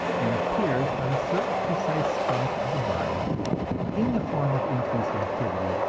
and appears on a certain precise spot of the body in the form of increased activity,